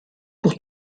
pour